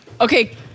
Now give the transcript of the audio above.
Okay